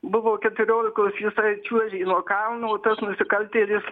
buvo keturiolikos jisai čiuožė nuo kalno tas nusikaltėlis